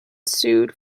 sued